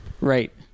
Right